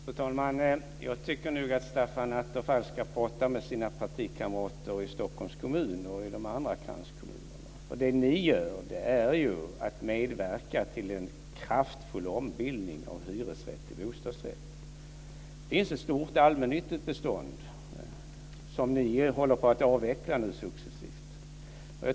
Fru talman! Jag tycker nog att Stefan Attefall ska prata med sina partikamrater i Stockholms kommun och i kranskommunerna. Det ni gör är att medverka till en kraftfull ombildning av hyresrätt till bostadsrätt. Det finns ett stort allmännyttigt bestånd som ni håller på att avveckla successivt.